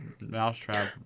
Mousetrap